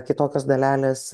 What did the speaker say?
kitokios dalelės